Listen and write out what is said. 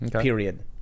Period